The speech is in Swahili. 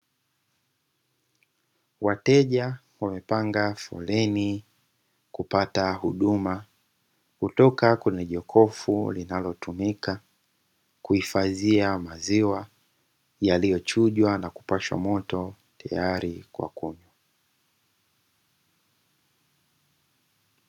Wateja wamepanga foleni kupata huduma kutoka kwenye jokofu linalotumika kuhifadhia maziwa, yaliyochujwa na kupashwa moto tayari kwa kunywa.